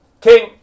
King